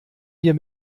wir